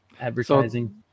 advertising